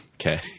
Okay